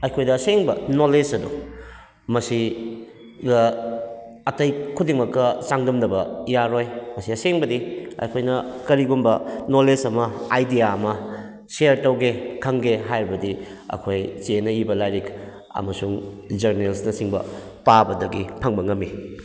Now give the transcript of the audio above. ꯑꯩꯈꯣꯏꯗ ꯑꯁꯦꯡꯕ ꯅꯣꯂꯦꯖ ꯑꯗꯣ ꯃꯁꯤ ꯑꯇꯩ ꯈꯨꯗꯤꯡꯃꯛꯀ ꯆꯥꯡꯗꯝꯅꯕ ꯌꯥꯔꯣꯏ ꯃꯁꯤ ꯑꯁꯦꯡꯕꯗꯤ ꯑꯩꯈꯣꯏꯅ ꯀꯔꯤꯒꯨꯝꯕ ꯅꯣꯂꯦꯖ ꯑꯃ ꯑꯥꯏꯗꯤꯌꯥ ꯑꯃ ꯁꯤꯌꯥꯔ ꯇꯧꯒꯦ ꯈꯪꯒꯦ ꯍꯥꯏꯕꯗꯤ ꯑꯩꯈꯣꯏ ꯆꯦꯅ ꯏꯕ ꯂꯥꯏꯔꯤꯛ ꯑꯃꯁꯨꯡ ꯖꯔꯅꯦꯜꯁꯅꯆꯤꯡꯕ ꯄꯥꯕꯗꯒꯤ ꯐꯪꯕ ꯉꯝꯃꯤ